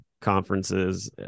conferences